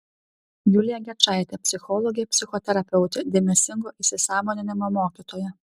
julija gečaitė psichologė psichoterapeutė dėmesingo įsisąmoninimo mokytoja